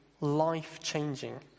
Life-changing